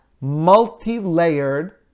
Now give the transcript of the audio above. multi-layered